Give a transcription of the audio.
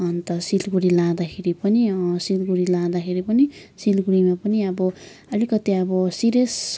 अन्त सिलगढी लाँदाखेरि पनि सिलगढी लाँदाखेरि पनि सिलगढीमा पनि अब अलिकति अब सिरियस